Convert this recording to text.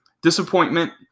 Disappointment